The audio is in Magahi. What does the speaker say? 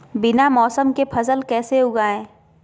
बिना मौसम के फसल कैसे उगाएं?